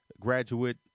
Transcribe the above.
graduate